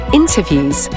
interviews